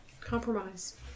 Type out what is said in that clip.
Compromise